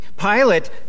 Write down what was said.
Pilate